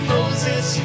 Moses